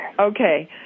Okay